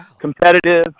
competitive